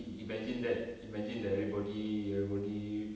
i~ imagine that imagine that everybody everybody